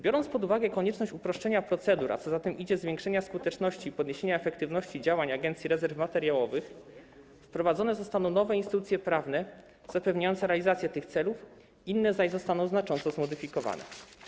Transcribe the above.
Biorąc pod uwagę konieczność uproszczenia procedur, a co za tym idzie - zwiększenia skuteczności i podniesienia efektywności działań Agencji Rezerw Materiałowych, wprowadzone zostaną nowe instytucje prawne zapewniające realizację tych celów, inne zaś zostaną znacząco zmodyfikowane.